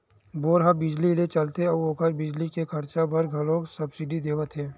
bore ह बिजली ले चलथे त ओखर बिजली के खरचा बर घलोक सब्सिडी देवत हे